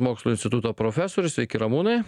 mokslų instituto profesorius sveiki ramūnai